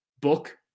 book